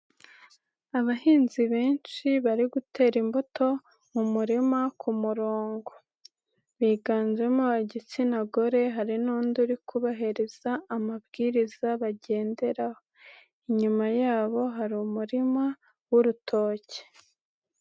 Abahinzi benshi bari gutera imbuto mu murima ku murongo, biganjemo igitsina gore hari n'undi uri kubahereza amabwiriza bagenderaho, inyuma yabo hari umurima w'urutoke.